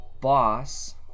boss